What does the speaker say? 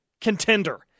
contender